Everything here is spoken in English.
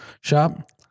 shop